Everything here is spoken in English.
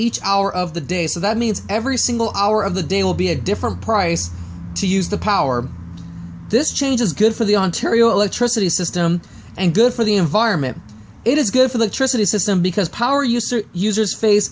each hour of the day so that means every single hour of the day will be a different price to use the power this change is good for the ontario electricity system and good for the environment it is good for the tricity system because power usage uses face